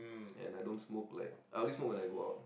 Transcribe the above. and I don't smoke like I only smoke when I go out